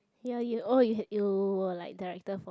ya you oh you had you were like director for